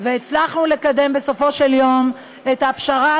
יפעילו חדרי הנצחה לציון ניצחון בעלות הברית על גרמניה